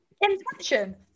intention